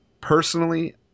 Personally